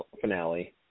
finale